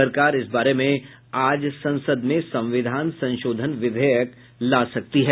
सरकार इस बारे में आज संसद में संविधान संशोधन विधेयक ला सकती है